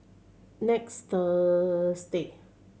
next Thursday